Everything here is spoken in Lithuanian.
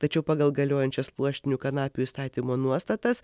tačiau pagal galiojančias pluoštinių kanapių įstatymo nuostatas